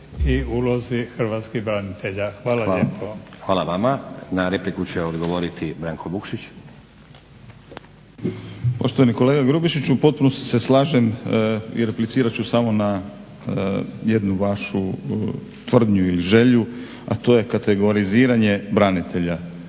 Hvala vama. Na repliku će odgovoriti Branko Vukšić.